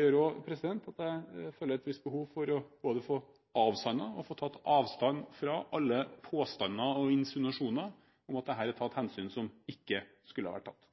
gjør at jeg føler et visst behov for å få avsannet og få tatt avstand fra alle påstander og insinuasjoner om at det er blitt tatt hensyn som ikke skulle ha vært tatt.